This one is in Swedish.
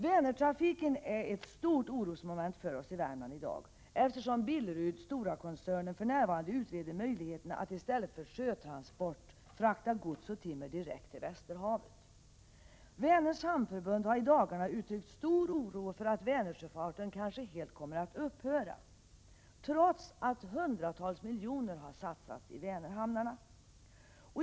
Vänertrafiken är ett stort orosmoment för oss i Värmland i dag, eftersom Billerud-Stora-koncernen för närvarande utreder möjligheten att frakta gods och timmer direkt till Västerhavet i stället för att frakta på sjön. Vänerns hamnförbund har i dagarna uttryckt stor oro för att Vänertrafiken kanske kommer att upphöra helt, trots att hundratals miljoner har satsats på Vänerhamnarna.